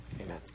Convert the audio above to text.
Amen